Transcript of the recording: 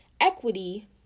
Equity